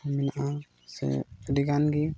ᱦᱮᱱᱟᱜᱼᱟ ᱥᱮ ᱟᱹᱰᱤ ᱜᱟᱱ ᱜᱮ